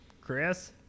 Chris